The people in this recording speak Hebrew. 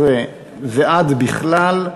בכלל.